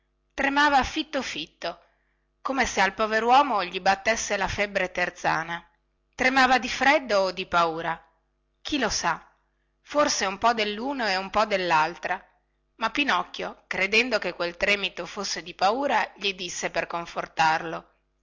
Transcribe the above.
tremava fitto fitto come se al poveruomo gli battesse la febbre terzana tremava di freddo o di paura chi lo sa forse un po delluno e un po dellaltro ma pinocchio credendo che quel tremito fosse di paura gli disse per confortarlo